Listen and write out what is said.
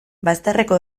bazterreko